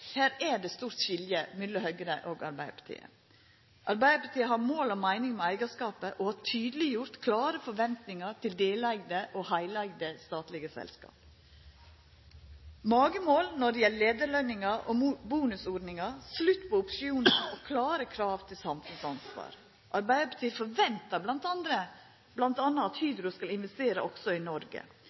Her er det eit stort skilje mellom Høgre og Arbeidarpartiet. Arbeidarpartiet har mål og meining med eigarskapen og har tydeleggjort klare forventingar til delåtte og heilåtte statlege selskap. Ein har magemål når det gjeld leiarløningar, bonusordningar, slutt på opsjonar og klare krav til samfunnsansvar. Arbeidarpartiet ventar m.a. at Hydro skal investera òg i Noreg,